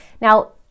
Now